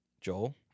Joel